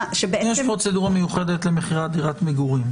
יש פרוצדורה מיוחדת למכירת דירת מגורים.